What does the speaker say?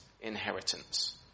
inheritance